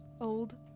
old